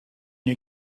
you